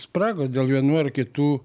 spragos dėl vienų ar kitų